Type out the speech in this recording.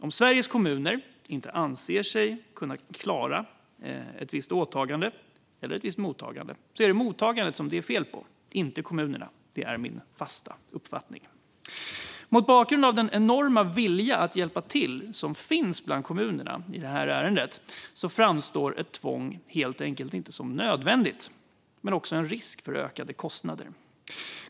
Om Sveriges kommuner inte anser sig kunna klara ett visst åtagande eller ett visst mottagande är det mottagandet som det är fel på, inte kommunerna. Det är min fasta uppfattning. Mot bakgrund av den enorma vilja att hjälpa till som finns bland kommunerna i detta ärende framstår ett tvång helt enkelt inte som nödvändigt. Men det finns också en risk för ökade kostnader.